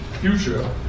future